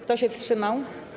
Kto się wstrzymał?